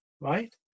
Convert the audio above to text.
right